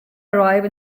arrive